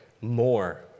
more